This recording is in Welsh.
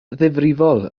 ddifrifol